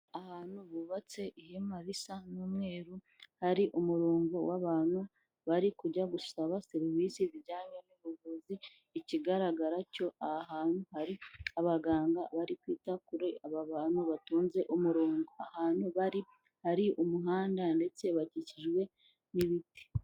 Ahantu hubatse ihema risa n'umweru, hari umurongo w'abantu bari kujya gusaba serivise zijyanye n'ubuvuzi, ikigaragara cyo aha hantu hari abaganga bari kwita kuri aba bantu batonze umurongo, ahantu bari hari umuhanda ndetse bakikijwe n'ibiti.